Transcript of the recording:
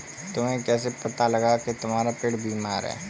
तुम्हें कैसे पता लगा की तुम्हारा पेड़ बीमार है?